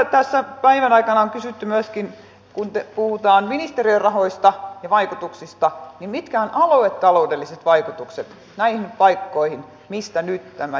tässä päivän aikana on kysytty myöskin kun puhutaan ministeriön rahoista ja vaikutuksista mitkä ovat aluetaloudelliset vaikutukset näihin paikkoihin mistä nyt tämä liikenne loppuu